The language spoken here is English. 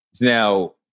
Now